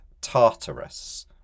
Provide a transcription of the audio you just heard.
Tartarus